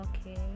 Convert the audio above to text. Okay